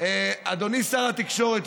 אדוני שר התקשרות,